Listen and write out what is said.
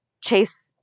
Chase